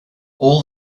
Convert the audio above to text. all